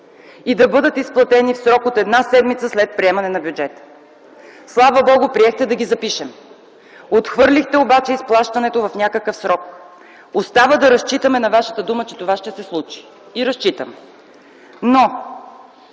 и да бъдат изплатени в срок от една седмица след приемане на бюджета. Слава, Богу, приехте да ги запишем. Отхвърлихте обаче изплащането в някакъв срок. Остава да разчитаме на Вашата дума, че това ще се случи – и разчитаме.